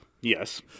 Yes